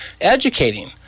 educating